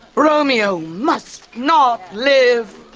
romeo must not live.